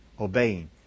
obeying